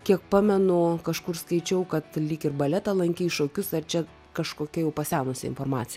kiek pamenu kažkur skaičiau kad lyg ir baletą lankei šokius ar čia kažkokia jau pasenusi informacija